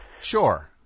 Sure